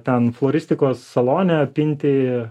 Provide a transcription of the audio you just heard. ten floristikos salone pinti